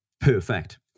Perfect